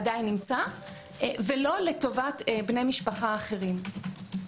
ולא לטובת בני משפחה אחרים.